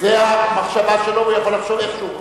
זאת המחשבה שלו, והוא יכול לחשוב איך שהוא רוצה.